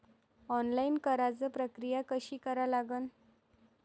Online कराच प्रक्रिया कशी करा लागन?